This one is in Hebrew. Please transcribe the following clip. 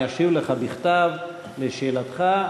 אני אשיב לך בכתב על שאלתך,